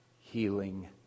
healing